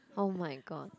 oh-my-god